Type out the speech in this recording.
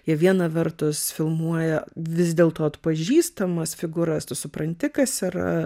ir viena vertus filmuoja vis dėlto atpažįstamas figūras tu supranti kas yra